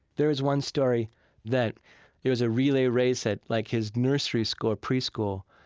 there is one story that it was a relay race at, like, his nursery school or preschool.